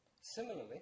Similarly